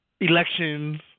elections